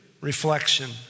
reflection